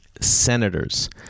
Senators